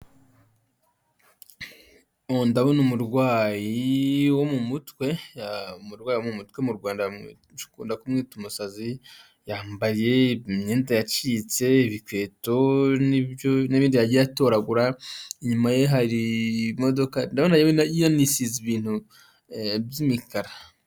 Ndabona umurwayi wo mu mutwe ,umurwayi wo mu mutwe mu Rwanda dukunda kumwita umusazi yambaye imyenda yacitse ibikweto n’ibindi yagiye atoragura inyuma ye hari imodoka ndabona yanisize yanisize ibintu by'imikara.